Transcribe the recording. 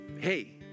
hey